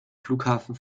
flughafen